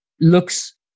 looks